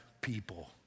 people